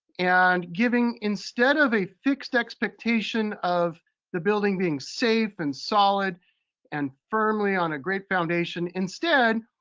and giving instead of a fixed expectation of the building being safe and solid and firmly on a great foundation, instead,